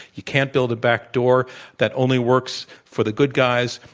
you can't build a back door that only works for the good guys.